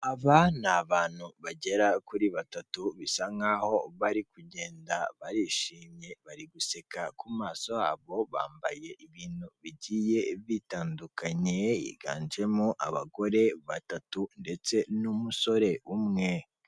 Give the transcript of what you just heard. Aba ni abantu bagera kuri batatu bisa nkaho bari kugenda, barishimye, bari guseka, ku maso habo bambaye ibintu bigiye bitandukanye, higanjemo abagore batatu ndetse n'umusore umwe.